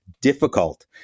difficult